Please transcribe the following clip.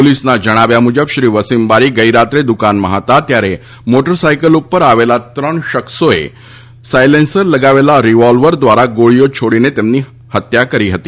પોલીસના જણાવ્યા મુજબ શ્રી વસીમ બારી ગઈરાત્રે દુકાનમાં હતા ત્યારે મોટર સાયકલ ઉપર આવેલા ત્રણ શખ્સોએ સાયલેન્સર લગાવેલા રીવોલ્વર દ્વારા ગોળીઓ છોડીને તેમની હત્યા કરી હતી